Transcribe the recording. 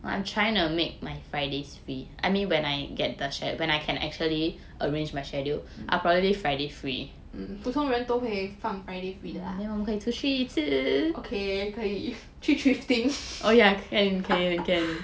mm mm 普通人都会放 friday free 的 lah okay 去 thrifting